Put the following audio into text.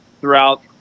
throughout